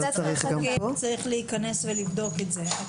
צריך להיכנס ולבדוק את זה.